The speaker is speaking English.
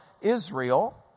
Israel